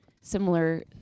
similar